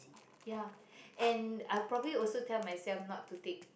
ya and I probably also tell myself not to take